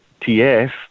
TF